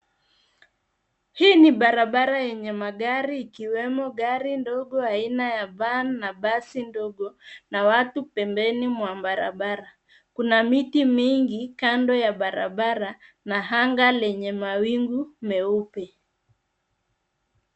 Hii ni barabara yenye magari ikiwemo gari dogo aina ya van na basi dogo na watu pembeni mwa barabara. Kuna miti mingi kando ya barabara na anga lenye mawingu meupe.